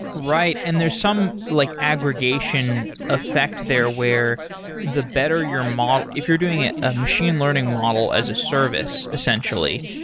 right. and there are some like aggregation effect there, where the better your model if you're doing ah a machine learning model as a service essentially,